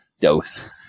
dose